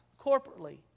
corporately